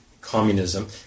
communism